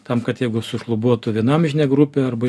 tam kad jeigu sušlubuotų viena amžinė grupė arba